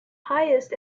highest